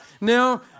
Now